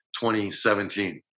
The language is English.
2017